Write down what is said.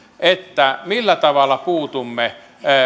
millä tavalla puutumme